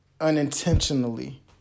unintentionally